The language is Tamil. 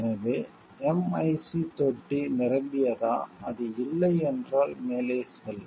எனவே MIC தொட்டி நிரம்பியதா அது இல்லை என்றால் மேலே செல்